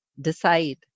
decide